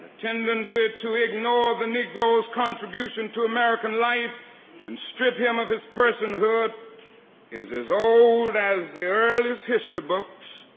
tendency to ignore the negro's contribution to american life and strip him of his personhood is as old as the earliest history books